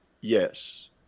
yes